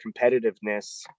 competitiveness